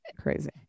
crazy